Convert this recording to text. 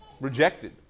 rejected